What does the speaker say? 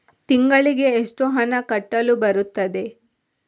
ತಿಂಗಳಿಗೆ ಎಷ್ಟು ಹಣ ಕಟ್ಟಲು ಬರುತ್ತದೆ?